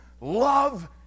love